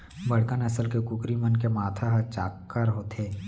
बड़का नसल के कुकरी मन के माथा ह चाक्कर होथे